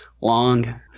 long